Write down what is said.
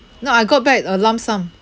no I got back a lump sum